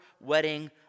wedding